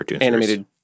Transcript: animated